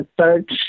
search